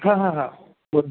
हां हां हां बन